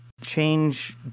change